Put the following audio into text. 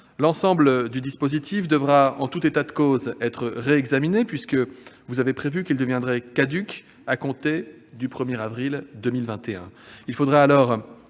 L'ensemble du dispositif devra en tout état de cause être réexaminé, puisque vous avez prévu qu'il deviendra caduc à compter du 1 avril 2021. Il faudra alors